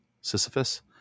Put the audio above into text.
Sisyphus